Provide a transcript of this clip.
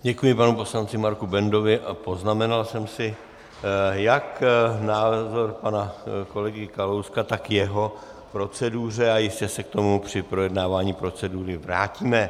Děkuji panu poslanci Marku Bendovi a poznamenal jsem si jak názor pana kolegy Kalouska, tak jeho k proceduře a jistě se k tomu při projednávání procedury vrátíme.